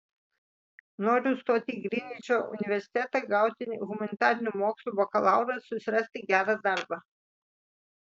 noriu stoti į grinvičo universitetą gauti humanitarinių mokslų bakalaurą susirasti gerą darbą